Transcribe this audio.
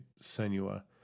Senua